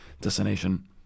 destination